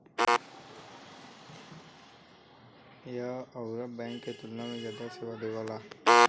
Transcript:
यह अउर बैंक के तुलना में जादा सेवा देवेला